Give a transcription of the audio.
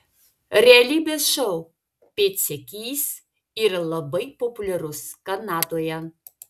realybės šou pėdsekys yra labai populiarus kanadoje